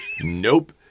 Nope